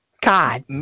God